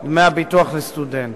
דמי הביטוח לסטודנט.